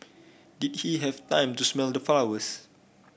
did he have time to smell the flowers